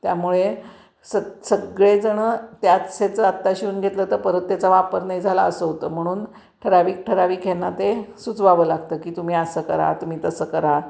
त्यामुळे स सगळेजणं त्याच ह्याचं आत्ता शिवून घेतलं तर परत त्याचा वापर नाही झाला असं होतं म्हणून ठराविक ठराविक ह्यांना ते सुचवावं लागतं की तुम्ही असं करा तुम्ही तसं करा